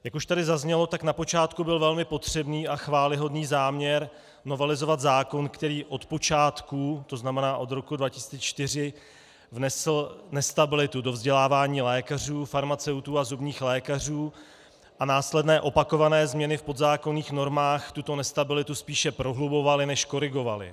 Jak už tady zaznělo, na počátku byl velmi potřebný a chvályhodný záměr novelizovat zákon, který od počátku, tedy od roku 2004, vnesl nestabilitu do vzdělávání lékařů, farmaceutů a zubních lékařů, a následné opakované změny v podzákonných normách tuto nestabilitu spíše prohlubovaly než korigovaly.